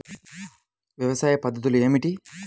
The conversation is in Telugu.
వ్యవసాయ పద్ధతులు ఏమిటి?